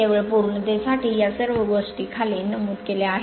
केवळ पूर्णतेसाठी या सर्व गोष्टी खाली नमूद केल्या आहेत